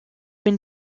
bin